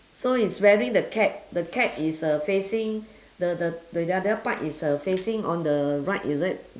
so he's wearing the cap the cap is uh facing the the the other part is uh facing on the right is it